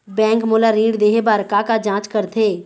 Bank मोला ऋण देहे बार का का जांच करथे?